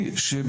זה,